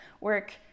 work